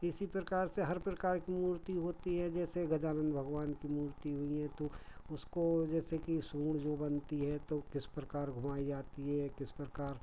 इसी प्रकार से हर प्रकार की मूर्ति होती है जैसे गजानन्द भगवान की मूर्ति हुई हैं तो उसको जैसे कि सूँट जो बनती है तो किस प्रकार घुमाई जाती है किस प्रकार